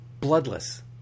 bloodless